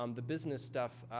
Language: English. um the business stuff,